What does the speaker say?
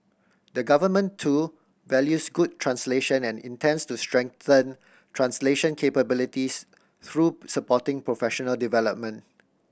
the Government too values good translation and intends to strengthen translation capabilities through supporting professional development